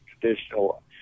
traditional